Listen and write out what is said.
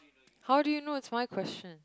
how do you know it's my question